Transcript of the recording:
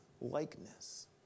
likeness